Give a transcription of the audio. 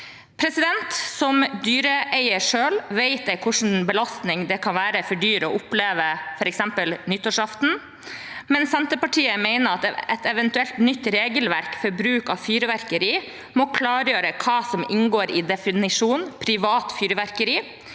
fyrverkeri. Som dyreeier selv vet jeg hvilken belastning det kan være for dyr å oppleve f.eks. nyttårsaften, men Senterpartiet mener at et eventuelt nytt regelverk for bruk av fyrverkeri må klargjøre hva som inngår i definisjonen «privat fyrverkeri».